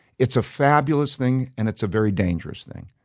it's a fabulous thing and it's a very dangerous thing.